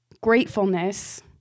gratefulness